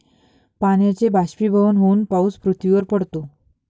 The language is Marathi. पाण्याचे बाष्पीभवन होऊन पाऊस पृथ्वीवर पडतो